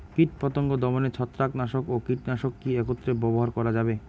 কীটপতঙ্গ দমনে ছত্রাকনাশক ও কীটনাশক কী একত্রে ব্যবহার করা যাবে?